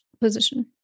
position